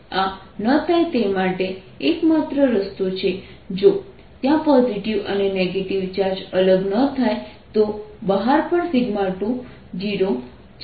આ ન થાય તે માટે એકમાત્ર રસ્તો છે જો ત્યાં પોઝિટિવ અને નેગેટિવ ચાર્જ અલગ ન થાય તો બહાર પણ 20 છે